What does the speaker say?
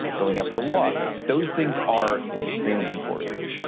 going out for a walk. those things are extremely important